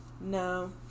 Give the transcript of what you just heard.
no